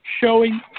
showing